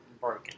broken